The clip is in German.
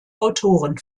autoren